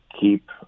keep